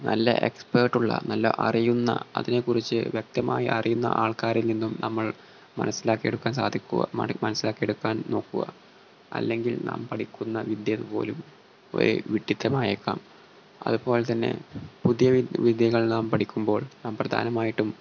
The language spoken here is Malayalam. നല്ല എക്സ്പേർട്ടുള്ള നല്ല അറിയുന്ന അതിനെക്കുറിച്ച് വ്യക്തമായി അറിയുന്ന ആൾക്കാരിൽ നിന്നും നമ്മൾ മനസ്സിലാക്കി എടുക്കാൻ സാധിക്കുക മനസ്സിലാക്കി എടുക്കാൻ നോക്കുക അല്ലെങ്കിൽ നാം പഠിക്കുന്ന വിദ്യ പോലും ഒരു വിഡ്ഢിത്തമായേക്കാം അതു പോലെ തന്നെ പുതിയ വിദ്യകളിൽ നാം പഠിക്കുമ്പോൾ നാം പ്രധാനമായിട്ടും